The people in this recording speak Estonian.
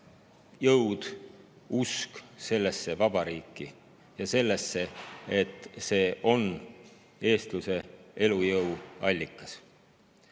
jõud usk sellesse vabariiki ja sellesse, et see on eestluse elujõu allikas.